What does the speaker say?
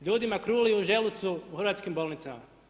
Ljudima kruli u želucu u hrvatskim bolnicama.